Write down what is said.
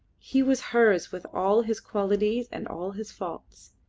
he was hers with all his qualities and all his faults.